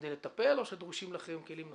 כדי לטפל או שדרושים לכם כלים נוספים?